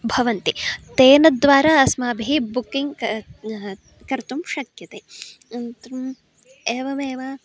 भवन्ति तेन द्वारा अस्माभिः बुकिंग् कर्तुं शक्यते किम् एवमेव